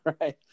right